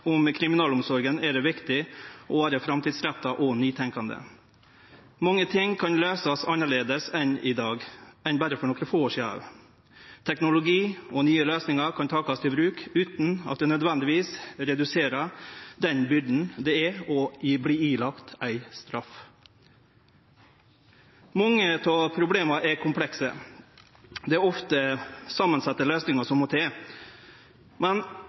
om kriminalomsorga, er det viktig å vere framtidsretta og nytenkjande. Mange ting kan òg løysast annleis i dag enn berre for nokre få år sidan. Teknologi og nye løysingar kan takast i bruk utan at det nødvendigvis reduserer den byrda det er å bli dømt til straff. Mange av problema er komplekse. Det er ofte samansette løysingar som må til, men